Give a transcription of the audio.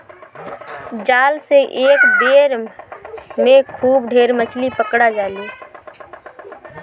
जाल से एक बेर में खूब ढेर मछरी पकड़ा जाले